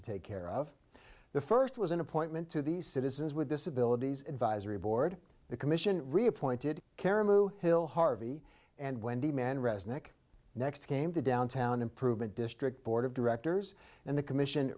to take care of the first was an appointment to the citizens with disabilities advisory board the commission reappointed caribou hill harvey and wendy mann resnick next came the downtown improvement district board of directors and the commission